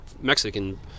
Mexican